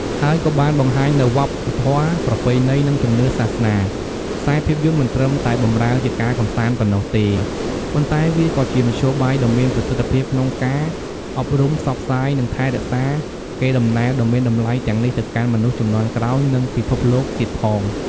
ហើយក៏បានបង្ហាញនូវវប្បធម៌ ប្រពៃណី និងជំនឿសាសនា ខ្សែភាពយន្តមិនត្រឹមតែបម្រើជាការកម្សាន្តប៉ុណ្ណោះទេ ប៉ុន្តែវាក៏ជាមធ្យោបាយដ៏មានប្រសិទ្ធភាពក្នុងការអប់រំ ផ្សព្វផ្សាយ និងថែរក្សាកេរដំណែលដ៏មានតម្លៃទាំងនេះទៅកាន់មនុស្សជំនាន់ក្រោយ និងពិភពលោកទៀតផង។